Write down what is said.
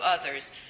others